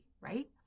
right